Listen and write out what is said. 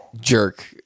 jerk